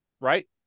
right